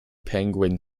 penguin